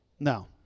No